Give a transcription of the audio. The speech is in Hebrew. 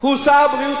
הוא שר הבריאות,